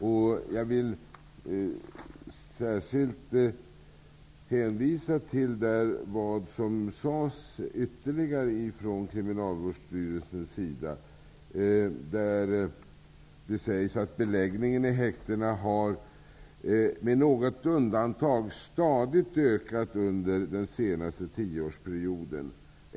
Jag vill särskilt hänvisa till vad som ytterligare sades ifrån Kriminalvårdsstyrelsens sida, nämligen att beläggningen i häktena har, med något undantag, stadigt ökat under den senaste tioårsperioden.